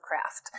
craft